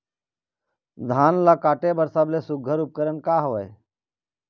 धान ला काटे बर सबले सुघ्घर उपकरण का हवए?